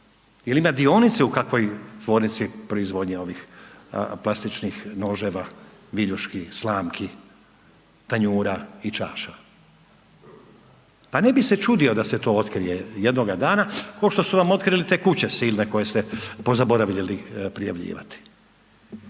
ili ima dionice u kakvoj tvornici proizvodnje ovih plastičnih noževa, viljuški, slamki, tanjura i čaša? Pa ne bi se čudio da se to otkrije jednoga dana košto su nam otkrili te kuće silne koje ste pozaboravljali prijavljivati